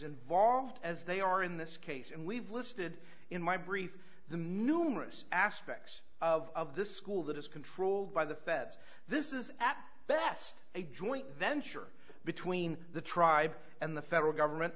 involved as they are in this case and we've listed in my brief the millrace aspects of this school that is controlled by the feds this is at best a joint venture between the tribes and the federal government